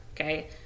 okay